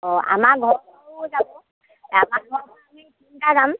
অঁ আমাৰ ঘৰৰ পৰাও যাব আমাৰ ঘৰৰ আমি তিনিটা যাম